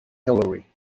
hilary